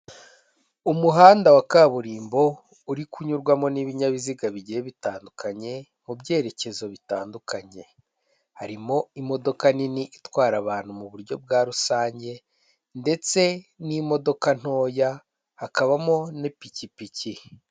Umuhanda wa kaburimbo uri kunyurwamo n'ibinyabiziga bigiye bitandukanye, mu byerekezo bitandukanye, harimo imodoka nini itwara abantu mu buryo bwa rusange ndetse n'imodoka ntoya, hakabamo n'ipikipiki.